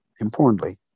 importantly